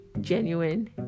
genuine